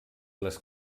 les